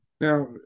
Now